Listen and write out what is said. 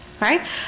right